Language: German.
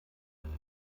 meine